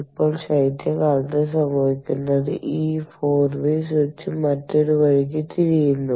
ഇപ്പോൾ ശൈത്യകാലത്ത് സംഭവിക്കുന്നത് ഈ 4 വേ സ്വിച്ച് മറ്റൊരു വഴിക്ക് തിരിയുന്നു